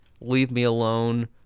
leave-me-alone